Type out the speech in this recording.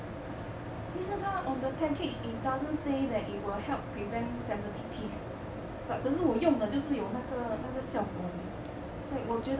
其实它 on the package it doesn't say that it will help prevent sen~ sensitive teeth but 可是我用了就是有那个效果 leh 所以我觉得